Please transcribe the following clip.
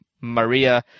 Maria